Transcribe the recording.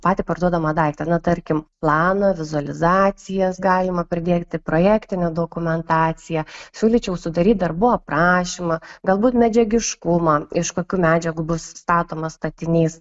patį parduodamą daiktą na tarkim planą vizualizacijas galima pridėti projektinę dokumentaciją siūlyčiau sudaryti darbų aprašymą galbūt medžiagiškumą iš kokių medžiagų bus statomas statinys